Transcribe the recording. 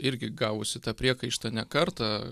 irgi gavusi tą priekaištą ne kartą